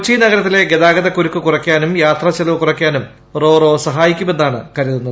കൊച്ചി നഗരത്തിലെ ഗതാഗത കുരുക്ക് കുറയ്ക്കാനും യാത്ര ചെലവ് കുറയ്ക്കാനും റോ റോ സഹായിക്കുമെന്നാണ് കരുതുന്നത്